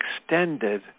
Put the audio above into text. extended